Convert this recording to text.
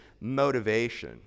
motivation